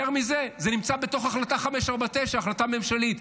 יותר מזה, זה נמצא בתוך החלטה 549, החלטה ממשלתית.